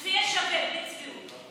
שזה יהיה שווה, בלי צביעות.